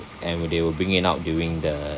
and uh they will bring it out during the